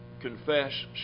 confess